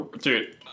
dude